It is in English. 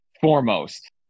foremost